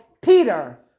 Peter